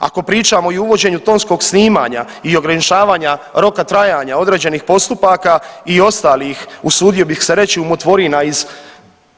Ako pričamo i o uvođenju tonskog snimanja i ograničavanja roka trajanja određenih postupaka i ostalih usudio bih se reći umotvorina iz